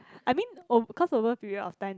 I mean ov~ cause over period of time